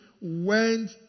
went